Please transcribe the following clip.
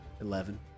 Eleven